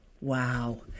Wow